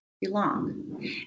belong